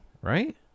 Right